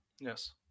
Yes